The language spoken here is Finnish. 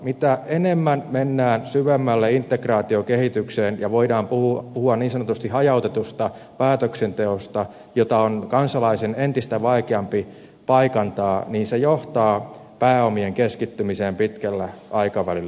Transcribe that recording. mitä syvemmälle mennään integraatiokehitykseen ja voidaan puhua niin sanotusti hajautetusta päätöksenteosta jota on kansalaisen entistä vaikeampi paikantaa sitä enemmän se johtaa pääomien keskittymiseen pitkällä aikavälillä